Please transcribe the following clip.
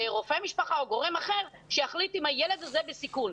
רופא משפחה או גורם אחר שיחליט אם הילד הזה בסיכון,